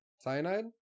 Cyanide